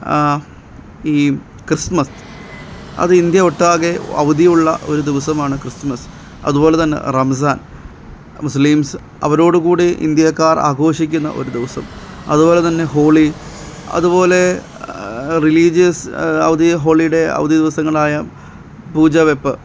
ഈ ക്രിസ്മസ് അത് ഇന്ത്യ ഒട്ടാകെ അവധിയുള്ള ഒരു ദിവസമാണ് ക്രിസ്മസ് അതുപോലെ തന്നെ റംസാൻ മുസ്ലിംസ് അവരോടുകൂടി ഇന്ത്യക്കാർ ആഘോഷിക്കുന്ന ഒരു ദിവസം അതുപോലെ തന്നെ ഹോളി അതുപോലെ റിലീജിയസ് അവധി ഹോളിയുടെ അവധി ദിവസങ്ങളായ പൂജവെപ്പ്